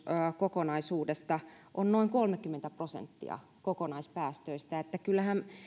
kokonaisuudessaan on noin kolmekymmentä prosenttia kokonaispäästöistä kyllähän